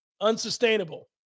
unsustainable